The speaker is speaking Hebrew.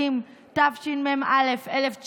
הילדים: צאו וחסנו את ילדיכם, צאו לחסן את ילדיכם.